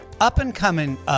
up-and-coming